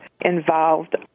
involved